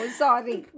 sorry